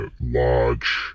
large